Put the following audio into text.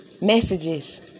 messages